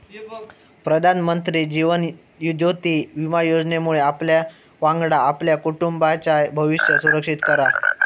प्रधानमंत्री जीवन ज्योति विमा योजनेमुळे आपल्यावांगडा आपल्या कुटुंबाचाय भविष्य सुरक्षित करा